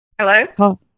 Hello